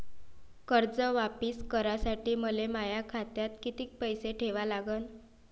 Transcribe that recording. कर्ज वापिस करासाठी मले माया खात्यात कितीक पैसे ठेवा लागन?